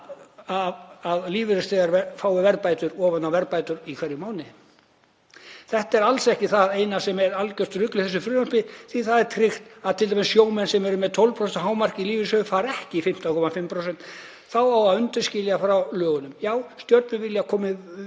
að lífeyrisþegar fái verðbætur ofan á verðbætur í hverjum mánuði. Þetta er alls ekki það eina sem er algjört rugl í þessu frumvarpi því það er tryggt að t.d. sjómenn sem eru með 12% hámark í lífeyrissjóð fari ekki í 15,5%, þá á að undanskilja frá lögunum. Já, stjórnvöld vilja koma vel